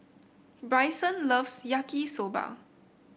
Brycen loves Yaki Soba